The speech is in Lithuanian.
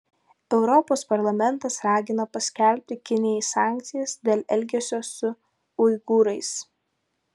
europos parlamentas ragina paskelbti kinijai sankcijas dėl elgesio su uigūrais